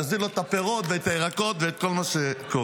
יוזילו לו את הפירות ואת הירקות ואת כל מה שקורה.